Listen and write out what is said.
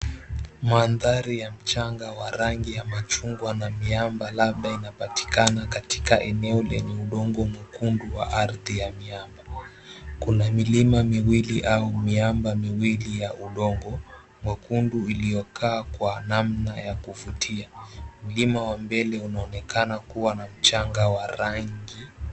Manthari ya mchanga wa rangi ya machungwa na miamba, labda inapatikana katika eneo lenye udongo mwekundu wa ardhi ya miamba. Kuna milima miwili au miamba miwili ya udongo mwekundu iliyokaa kwa namna ya kuvutia. Mlima wa mbele unaonekana kuwa na mchanga wa rangi.